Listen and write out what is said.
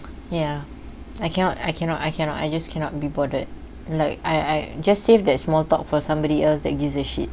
ya I cannot I cannot I cannot I just cannot be bothered no I I just save that small talk for somebody else that gives a shit